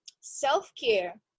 self-care